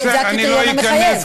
אני לא אכנס,